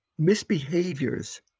misbehaviors